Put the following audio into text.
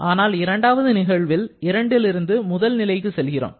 ஆனால் இரண்டாவது நிகழ்வில் 2ல் இருந்து முதல் நிலைக்கு செல்கிறோம்